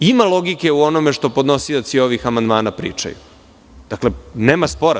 Ima logike u onome što podnosioci ovih amandmana pričaju, tu nema spora.